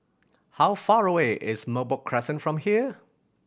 how far away is Merbok Crescent from here